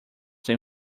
than